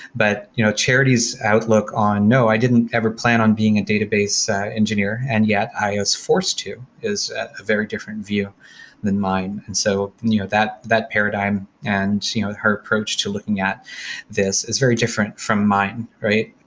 but you know charity's outlook on, no. i didn't ever plan on being a database engineer and yet i was forced to, is a very different view than mine. and so you know that that paradigm and you know her approach to looking at this is very different from mine, right.